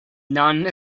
none